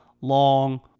long